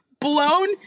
blown